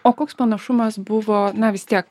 o koks panašumas buvo na vis tiek